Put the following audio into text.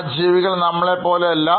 ആ ജീവികൾ നമ്മളെ പോലെയല്ല